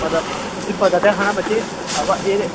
पता तुसेंईं पता ते ऐहा ना बच्चे अबाऽ एह्